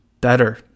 better